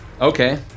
Okay